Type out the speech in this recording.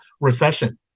recession